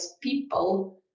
people